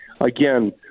again